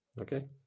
Okay